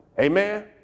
Amen